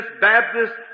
Baptist